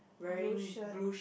blue shirt